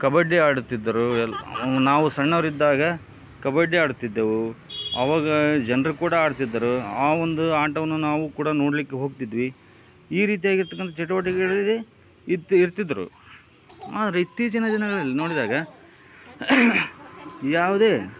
ಕಬಡ್ಡಿ ಆಡುತ್ತಿದ್ದರು ಎಲ್ಲಿ ನಾವು ಸಣ್ಣವರಿದ್ದಾಗ ಕಬಡ್ಡಿ ಆಡುತ್ತಿದ್ದೆವು ಅವಾಗ ಜನರು ಕೂಡ ಆಡ್ತಿದ್ದರು ಆ ಒಂದು ಆಟವನ್ನು ನಾವು ಕೂಡ ನೋಡಲಿಕ್ಕೆ ಹೋಗ್ತಿದ್ವಿ ಈ ರೀತಿಯಾಗಿರ್ತಕ್ಕಂಥ ಚಟುವಟಿಕೆಗಳಲ್ಲಿ ಇತ್ತಿ ಇರ್ತಿದ್ದರು ಆದರೆ ಇತ್ತೀಚಿನ ದಿನದಲ್ಲಿ ನೋಡಿದಾಗ ಯಾವುದೇ